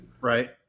Right